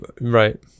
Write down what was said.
Right